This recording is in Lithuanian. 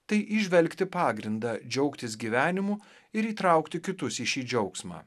tai įžvelgti pagrindą džiaugtis gyvenimu ir įtraukti kitus į šį džiaugsmą